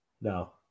No